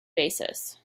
basis